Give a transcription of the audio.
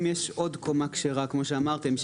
אם יש עוד קומה כשרה כמו שאמרתם,